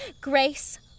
grace